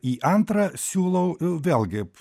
į antrą siūlau vėlgi